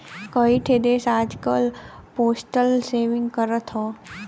कई ठे देस आजकल पोस्टल सेविंग करत हौ